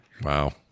Wow